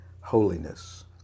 holiness